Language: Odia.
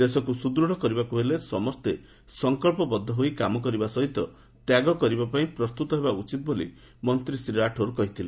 ଦେଶକୁ ସୁଦୃତ୍ କରିବାକୁ ହେଲେ ସମସ୍ତେ ସଂକଳ୍ପବଦ୍ଧ ହୋଇ କାମ କରିବା ସହିତ ତ୍ୟାଗ କରିବା ପାଇଁ ପ୍ରସ୍ତୁତ ହେବା ଉଚିତ୍ ବୋଲି ମନ୍ତ୍ରୀ ଶ୍ରୀ ରାଠୋର କହିଥିଲେ